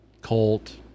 colt